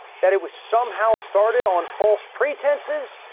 that it was somehow started on false pretenses,